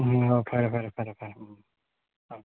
ꯎꯝ ꯎꯝ ꯍꯣꯏ ꯐꯔꯦ ꯐꯔꯦ ꯐꯔꯦ ꯐꯔꯦ ꯎꯝ ꯎꯝ ꯑꯧ